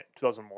2001